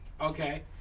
Okay